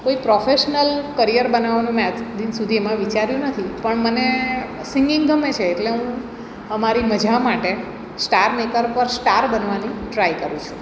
કોઈ professional career બનાવવાનું મેં આજ સુધીમાં વિચાર્યું નથી પણ મને સિંગિંગ ગમે છે એટલે હું આ મારી મજા માટે સ્ટારમેકર પર સ્ટાર બનવાની ટ્રાય કરું છું